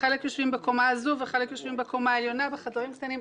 חלק יושבים בקומה הזאת וחלק בקומה העליונה בחדרים קטנים.